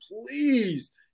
please